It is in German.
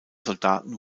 soldaten